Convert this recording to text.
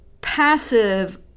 passive